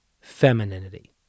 femininity